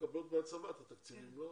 אלה עמותות שמקבלות את התקציב מהצבא.